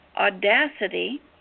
Audacity